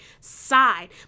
side